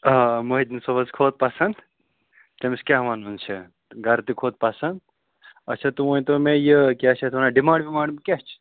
آ محدیٖن صٲبَس کھوٚت پَسنٛد تٔمِس کیٛاہ وَنہٕ وُن چھِ تہٕ گَرٕ تہِ کھوٚت پَسنٛد اچھا تُہۍ ؤنۍتو مےٚ یہِ کیٛاہ چھِ اَتھ وَنان ڈِمانٛڈ وِمانٛڈ کیٛاہ چھِ